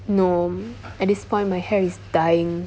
no at this point my hair is dying